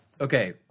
okay